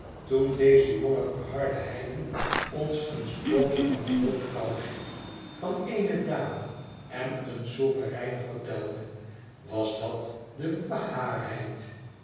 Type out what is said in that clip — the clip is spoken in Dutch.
toen deze jonge verharde heiden ons een sprookje van roodkousje van eene dame en een souverein vertelde was dat de